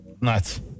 Nuts